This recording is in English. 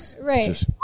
Right